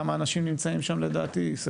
כמה אנשים נמצאים שם לדעתי?